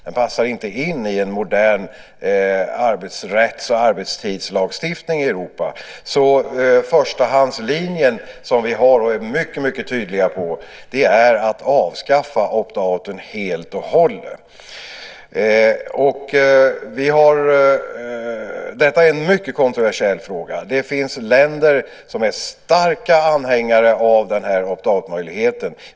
Den passar inte in i en modern arbetsrätts och arbetstidslagstiftning i Europa. Den förstahandslinje som vi har och är mycket tydliga med är alltså att avskaffa opt out helt och hållet. Detta är en mycket kontroversiell fråga. Det finns länder som är starka anhängare av den här opt out möjligheten.